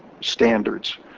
standards